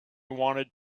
wanted